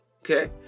okay